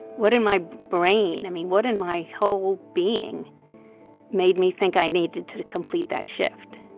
what in my brain i mean, what in my whole being made me think i needed to complete that shift?